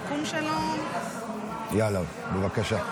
בבקשה.